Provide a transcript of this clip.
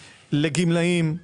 לגמלאים,